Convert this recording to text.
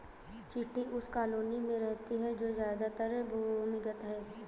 चींटी उस कॉलोनी में रहती है जो ज्यादातर भूमिगत है